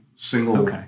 Single